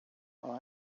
while